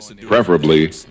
preferably